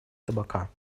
табака